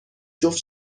جفت